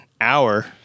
hour